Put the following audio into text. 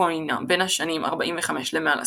קוינה בין השנים 45 ל-100 לספירה.